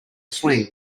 swing